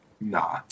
Nah